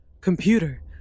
Computer